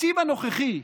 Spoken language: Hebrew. התקציב הנוכחי,